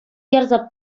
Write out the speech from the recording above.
ярса